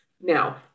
Now